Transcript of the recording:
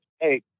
hey